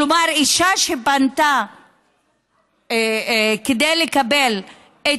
כלומר אישה שפנתה כדי לקבל את